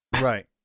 Right